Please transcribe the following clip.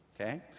okay